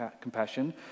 compassion